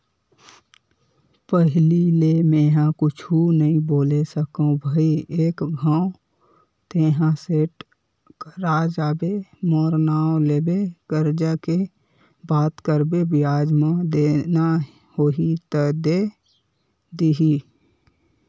पहिली ले मेंहा कुछु नइ बोले सकव भई एक घांव तेंहा सेठ करा जाबे मोर नांव लेबे करजा के बात करबे बियाज म देना होही त दे दिही